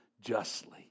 Justly